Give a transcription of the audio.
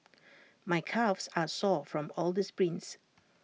my calves are sore from all the sprints